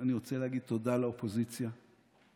אני רוצה להגיד תודה לאופוזיציה שתומכת.